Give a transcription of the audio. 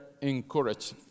encouraged